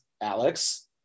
Alex